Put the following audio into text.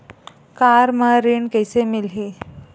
Car म ऋण कइसे मिलही?